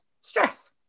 stress